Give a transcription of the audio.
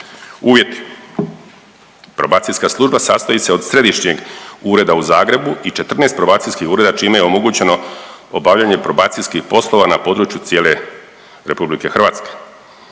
uvjeti. Probacijska služba sastoji se od središnjeg ureda u Zagrebu i 14 probacijskih ureda čime je omogućeno obavljanje probacijskih poslova na području cijele Republike Hrvatske.